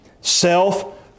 self